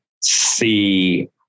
see